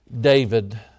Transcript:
David